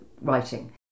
writing